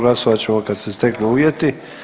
Glasovat ćemo kad se steknu uvjeti.